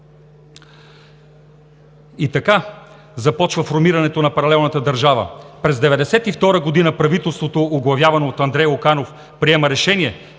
Така започва формирането на паралелната държава – през 1992 г. правителството, оглавявано от Андрей Луканов, приема решение,